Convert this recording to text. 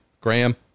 graham